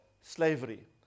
slavery